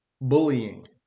bullying